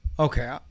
Okay